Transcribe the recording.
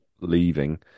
leaving